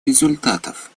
результатов